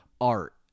art